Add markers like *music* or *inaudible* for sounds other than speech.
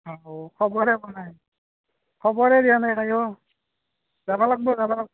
*unintelligible* খবৰেই পোৱা নাই খবৰে দিয়া নাই কায়ও যাব লাগিব যাব লাগি